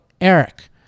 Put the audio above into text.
Eric